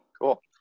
Cool